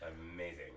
Amazing